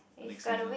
the next season